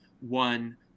one